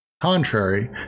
Contrary